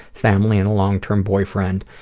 family, and a long-term boyfriend,